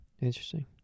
Interesting